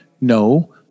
No